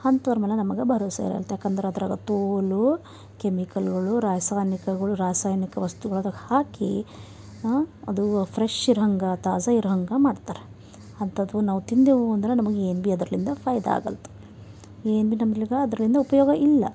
ಅಂತವ್ರ್ ಮೇಲೆ ನಮಗೆ ಭರೋಸಾ ಇರಲ್ದು ಯಾಕಂದ್ರೆ ಅದರಾಗ ತೋಲು ಕೆಮಿಕಲ್ಗಳು ರಾಸಾಯನಿಕಗಳು ರಾಸಾಯನಿಕ ವಸ್ತುಗಳು ಅದಕ್ಕೆ ಹಾಕಿ ಅದು ಫ್ರೆಶ್ ಇರೋ ಹಂಗೆ ತಾಜಾ ಇರೋ ಹಂಗೆ ಮಾಡ್ತಾರೆ ಅಂಥದ್ದು ನಾವು ತಿಂದೆವು ಅಂದ್ರೆ ನಮಗೆ ಏನು ಭಿ ಅದರ್ಲಿಂದ ಫಾಯ್ದ ಆಗಲ್ದು ಏನು ಭಿ ನಮ್ಗಿಲ್ಗ ಅದರ್ಲಿಂದ ಉಪಯೋಗ ಇಲ್ಲ